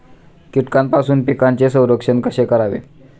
कीटकांपासून पिकांचे संरक्षण कसे करावे?